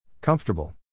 Comfortable